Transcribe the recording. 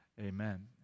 Amen